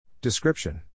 Description